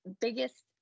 biggest